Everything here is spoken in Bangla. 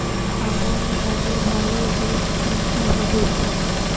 আমান ধানের ভালো বীজ কি কি হবে?